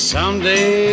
Someday